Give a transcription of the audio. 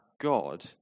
God